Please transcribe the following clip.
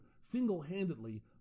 single-handedly